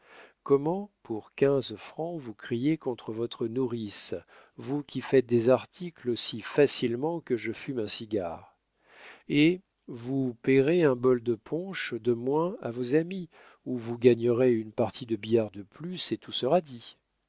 comment pour quinze francs vous criez contre votre nourrice vous qui faites des articles aussi facilement que je fume un cigare eh vous payerez un bol de punch de moins à vos amis ou vous gagnerez une partie de billard de plus et tout sera dit